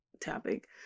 topic